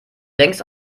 längst